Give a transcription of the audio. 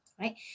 right